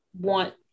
want